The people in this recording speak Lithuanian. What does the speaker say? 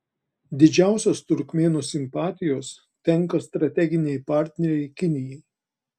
didžiausios turkmėnų simpatijos tenka strateginei partnerei kinijai